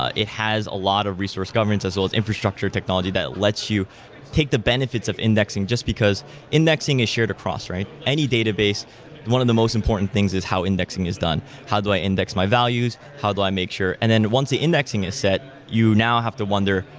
ah it has a lot of resource governments as well as infrastructure technology that lets you take the benefits of indexing just because indexing is shared across, right? any database one of the most important things is how indexing is done. how do i index my values? how do i make sure and then once the indexing is set, you now have to wonder,